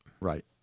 Right